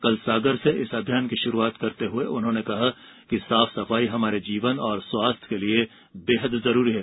कल सागर से इस अभियान की शुरूआत करते हए उन्होंने कहा कि साफ सफाई हमारे जीवन और स्वास्थ्य के लिए बेहद जरूरी है